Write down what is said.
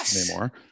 anymore